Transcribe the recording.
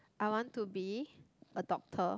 I want to be a doctor